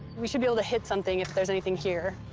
we should be able to hit something if there's anything here.